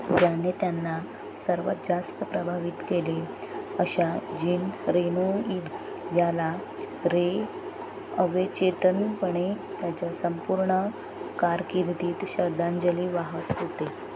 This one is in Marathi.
ज्याने त्यांना सर्वात जास्त प्रभावित केले अशा जीन रेनूइर याला रे अवचेतनपणे त्याच्या संपूर्ण कारकिर्दीत श्रद्धांजली वाहत होते